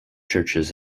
churches